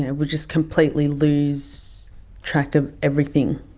and would just completely lose track of everything.